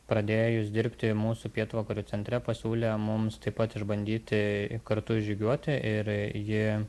pradėjus dirbti mūsų pietvakarių centre pasiūlė mums taip pat išbandyti kartu žygiuoti ir ji